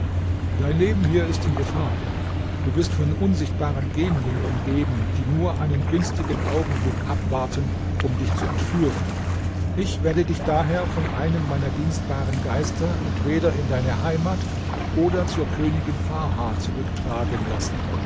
dein leben ist hier in gefahr du bist von unsichtbaren genien umgeben die nur einen günstigen augenblick abwarten um dich zu entführen ich werde dich daher von einem meiner dienstbaren geister entweder in deine heimat oder zur königin farha zurücktragen lassen